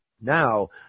Now